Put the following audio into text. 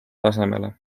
tasemele